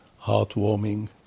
heartwarming